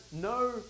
no